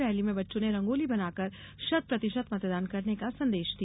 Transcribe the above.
rally में बच्चों ने रंगोली बनाकर शतप्रतिशत मतदान करने का संदेश दिया